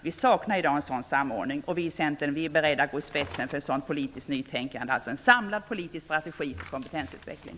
Vi saknar i dag en sådan samordning. Vi i Centern är beredda att gå i spetsen för ett politiskt nytänkande, alltså en samlad politisk strategi för kompetensutveckling.